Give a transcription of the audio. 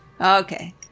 Okay